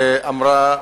שאמרה,